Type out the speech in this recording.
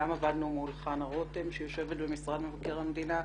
גם עבדנו מול חנה רותם שיושבת במשרד מבקר המדינה,